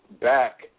back